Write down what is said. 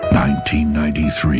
1993